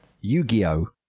Yu-Gi-Oh